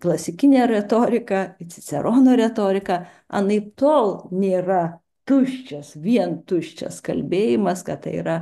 klasikinė retorika cicerono retorika anaiptol nėra tuščias vien tuščias kalbėjimas kad tai yra